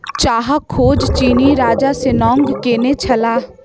चाहक खोज चीनी राजा शेन्नॉन्ग केने छलाह